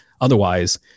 Otherwise